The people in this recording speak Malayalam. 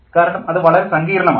കാരണം അത് വളരെ സങ്കീർണ്ണമാണ്